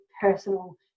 personal